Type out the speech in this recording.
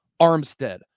Armstead